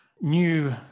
new